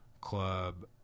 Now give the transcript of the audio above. club